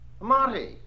Monty